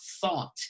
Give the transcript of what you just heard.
thought